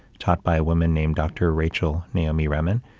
taught by a woman named dr. rachel naomi remen,